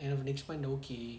end of next month dah okay